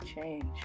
change